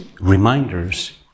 reminders